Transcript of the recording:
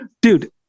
Dude